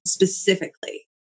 specifically